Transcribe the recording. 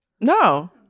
No